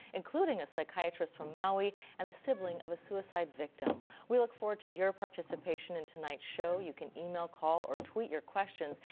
including a psychiatrist from maui and the sibling of a suicide victim. we look forward to your participation in tonight's show. you can email, call or tweet your questions.